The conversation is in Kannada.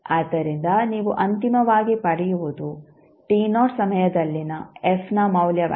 ಆದ್ದರಿಂದ ನೀವು ಅಂತಿಮವಾಗಿ ಪಡೆಯುವುದು ಸಮಯದಲ್ಲಿನ ನ ಮೌಲ್ಯವಾಗಿದೆ